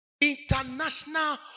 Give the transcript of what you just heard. International